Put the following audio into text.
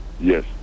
Yes